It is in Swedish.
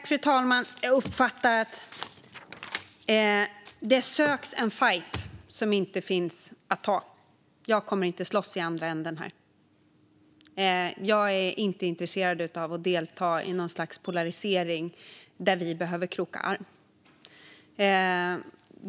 Fru talman! Jag uppfattar att det söks en fajt som inte finns att ta. Jag kommer inte att slåss i andra änden här. Jag är inte intresserad av att delta i något slags polarisering där vi i stället behöver kroka arm.